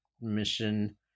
mission